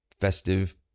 Festive